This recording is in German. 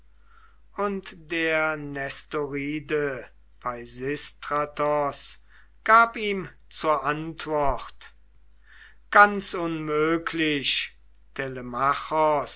und der nestoride peisistratos gab ihm zur antwort ganz unmöglich